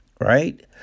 right